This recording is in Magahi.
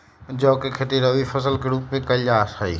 जौ के खेती रवि फसल के रूप में कइल जा हई